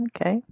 Okay